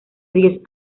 diez